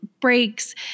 breaks